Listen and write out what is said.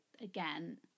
again